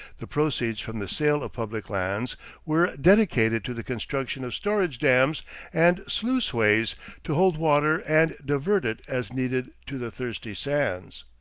the proceeds from the sale of public lands were dedicated to the construction of storage dams and sluiceways to hold water and divert it as needed to the thirsty sands.